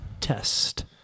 test